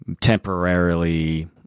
temporarily